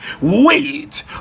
Wait